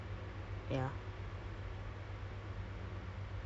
what why oh oh because she's longer in a